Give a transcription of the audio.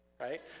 right